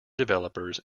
developers